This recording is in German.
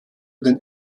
den